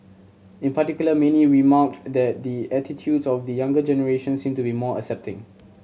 in particular many remarked that the attitudes of the younger generation seem to be more accepting